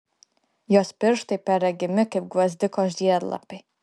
jos pirštai perregimi kaip gvazdiko žiedlapiai